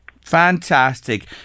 Fantastic